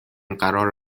قرار